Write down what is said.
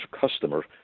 customer